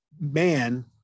man